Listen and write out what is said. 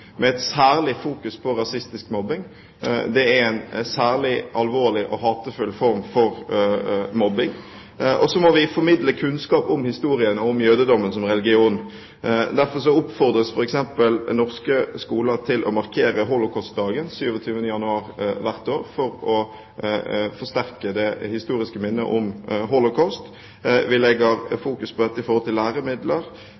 med et særlig fokus på rasistisk mobbing. Det er en særlig alvorlig og hatefull form for mobbing. Så må vi formidle kunnskap om historien om jødedommen som religion. Derfor oppfordres f.eks. norske skoler til å markere Holocaust-dagen 27. januar hvert år, for å forsterke det historiske minnet om holocaust. Vi